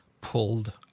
pulled